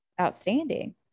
outstanding